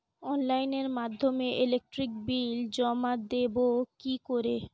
অনলাইনের মাধ্যমে electric bill জমা দেবো কি করে?